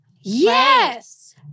Yes